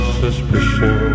suspicion